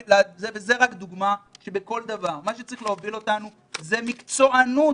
זו רק דוגמה שבכל דבר מה שצריך להוביל אותנו זו מקצוענות